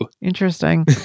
Interesting